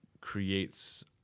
creates